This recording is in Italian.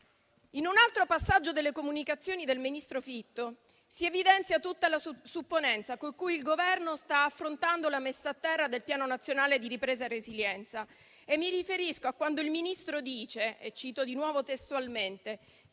In un altro passaggio delle comunicazioni del ministro Fitto si evidenzia tutta la supponenza con cui il Governo sta affrontando la messa a terra del Piano nazionale di ripresa e resilienza e mi riferisco a quando il Ministro dice testualmente